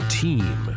team